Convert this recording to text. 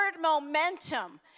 momentum